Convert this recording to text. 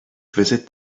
visit